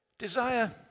Desire